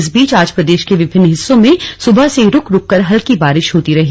इस बीच आज प्रदेश के विभिन्न हिस्सों में सुबह से रूक रूककर हल्की बारिश होती रही